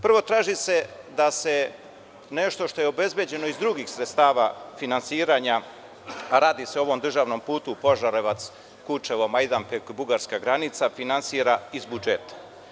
Prvo, traži se da se nešto što je obezbeđeno iz drugih sredstava finansiranja, a radi se ovom državnom putu Požarevac-Kučevo-Majdanpek-Bugarska granica, finansira iz budžeta.